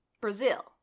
brazil